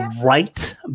right